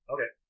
Okay